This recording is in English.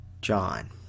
John